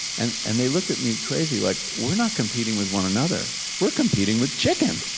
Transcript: and and they looked at me crazy like we are not competing with one another. we are competing with chicken.